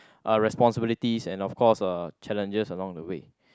uh responsibilities and of course uh challenges along the way